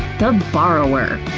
the borrower